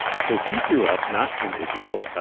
so he grew up, not in israel,